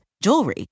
jewelry